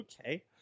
Okay